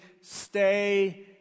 stay